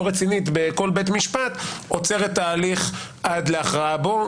רצינית בכל בית משפט עוצר את ההליך עד להכרעה בו.